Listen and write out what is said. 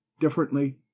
differently